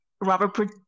Robert